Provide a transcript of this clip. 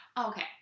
Okay